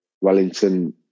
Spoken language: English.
Wellington